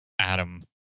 Adam